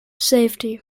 safety